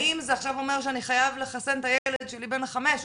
האם זה עכשיו אומר שאני חייב לחסן את הילד שלי בן החמש,